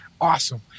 awesome